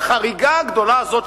בחריגה הגדולה הזאת,